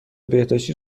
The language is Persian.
بهداشتی